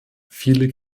viele